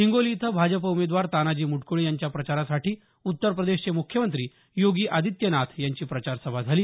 हिंगोली इथं भाजप उमेदवार तानाजी मुटकुळे यांच्या प्रचारासाठी उत्तर प्रदेशचे मुख्यमंत्री योगी आदित्यनाथ यांची प्रचार सभा झाली